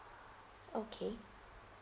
okay